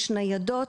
יש ניידות,